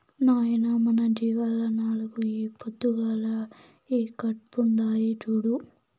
నాయనా మన జీవాల్ల నాలుగు ఈ పొద్దుగాల ఈకట్పుండాయి చూడు